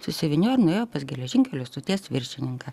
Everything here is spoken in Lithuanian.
susivyniojo nuėjo pas geležinkelio stoties viršininką